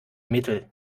mittel